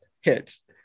hits